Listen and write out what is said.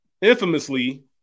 infamously